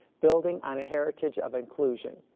building on a heritage of inclusion.